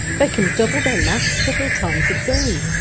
they can double their mass several times a day.